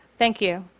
thank you.